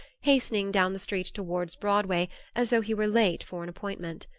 hastening down the street towards broadway as though he were late for an appointment.